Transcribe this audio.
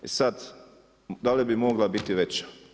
Sad, da li bi mogla biti veća?